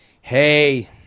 Hey